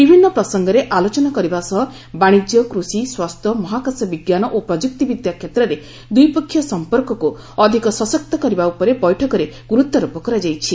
ବିଭିନ୍ନ ପ୍ରସଙ୍ଗରେ ଆଲୋଚନା କରିବା ସହ ବାଣିଜ୍ୟ କୃଷି ସ୍ୱାସ୍ଥ୍ୟ ମହାକାଶ ବିଜ୍ଞାନ ଓ ପ୍ରଯୁକ୍ତିବିଦ୍ୟା କ୍ଷେତ୍ରରେ ଦୁଇପକ୍ଷୀୟ ସଂପର୍କକୁ ଅଧିକ ସଶକ୍ତ କରିବା ଉପରେ ବୈଠକରେ ଗୁରୁତ୍ୱାରୋପ କରାଯାଇଛି